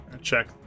Check